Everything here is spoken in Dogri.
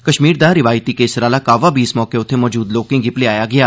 कष्मीर दा रिवायती केसर आह्ला काह्वा बी इस मौके उत्थे मौजूद लोकें गी पलेआया गेआ